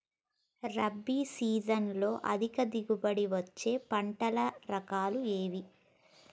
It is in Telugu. రబీ సీజన్లో అధిక దిగుబడి వచ్చే పంటల రకాలు ఏవి?